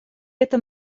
этом